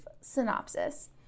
synopsis